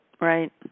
right